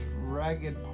ragged